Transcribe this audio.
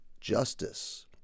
justice